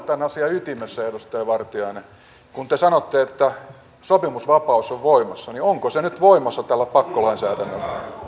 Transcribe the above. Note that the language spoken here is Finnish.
tämän asian ytimessä edustaja vartiainen kun te sanotte että sopimusvapaus on voimassa niin onko se nyt voimassa tällä pakkolainsäädännöllä